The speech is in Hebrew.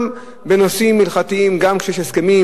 גם בנושאים הלכתיים, גם כשיש הסכמים,